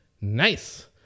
Nice